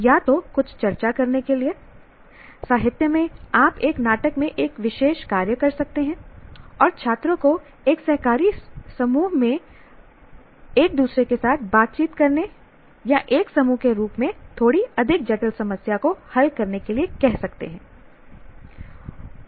या तो कुछ चर्चा करने के लिए साहित्य में आप एक नाटक में एक विशेष कार्य कर सकते हैं और छात्रों को एक सहकारी समूह के रूप में एक दूसरे के साथ बातचीत करने या एक समूह के रूप में थोड़ी अधिक जटिल समस्या को हल करने के लिए कह सकते हैं